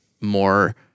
more